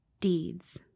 deeds